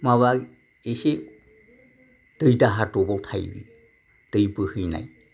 माबा एसे दै दाहारदबाव थायो दै बोहैनाय